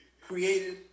created